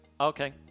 okay